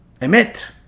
emit